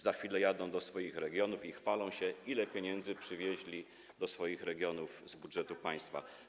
Za chwilę jadą do swoich regionów i chwalą się, ile pieniędzy przywieźli do swoich regionów z budżetu państwa.